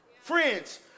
Friends